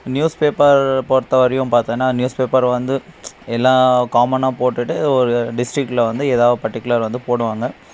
news paper பொறுத்த வரையும் பார்த்தோன்னா நியூஸ் பேப்பர் வந்து எல்லாம் காமனாக போட்டுவிட்டு இது ஒரு டிஸ்ட்ரிக்கில் வந்து எதாது பர்டிகுலர் வந்து போடுவாங்க